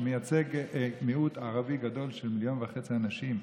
כמייצג מיעוט ערבי גדול של מיליון וחצי אנשים,